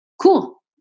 cool